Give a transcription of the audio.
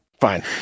fine